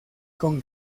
con